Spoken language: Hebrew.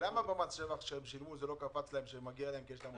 למה במס שבח כשהם שילמו לא קפץ להם שמגיע להם?